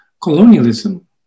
colonialism